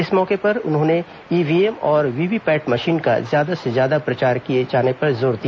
इस मौके पर उन्होंने ईव्हीएम और वीवीपैट मशीन का ज्यादा से ज्यादा प्रचार प्रसार किए जाने पर जोर दिया